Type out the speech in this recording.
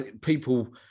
people